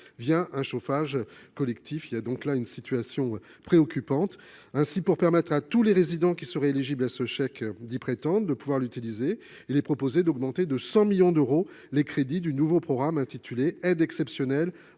par un chauffage collectif. Cette situation est préoccupante ! Aussi, pour permettre à tous les résidents qui seraient éligibles à ce chèque d'y prétendre et de pouvoir l'utiliser, il est proposé d'abonder de 100 millions d'euros les crédits du nouveau programme ainsi créé et intitulé « Aide exceptionnelle